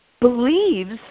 believes